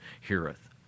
heareth